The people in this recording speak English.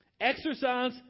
Exercise